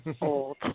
Old